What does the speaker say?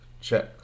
Check